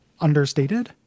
understated